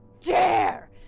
dare